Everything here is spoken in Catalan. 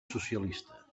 socialista